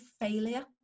failure